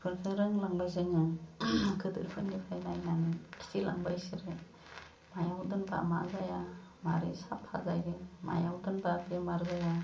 इफोरखौ रोंलांबाय जोङो गोदोरफोरनिफ्राय नायनानै खिथिलांबाय इसोरो मायाव दोनबा मा जाया मारै साफा जायो मायाव दोनबा बेमार जाया